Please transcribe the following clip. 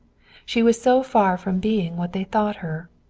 she was so far from being what they thought her.